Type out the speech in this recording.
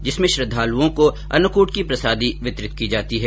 जिसमें श्रद्वालुओं को अन्नकूट की प्रसादी वितरीत की जाती है